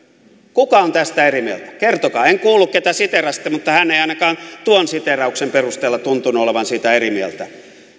kuka on tästä eri mieltä kertokaa en kuullut ketä siteerasitte mutta hän ei ainakaan tuon siteerauksen perusteella tuntunut olevan siitä eri mieltä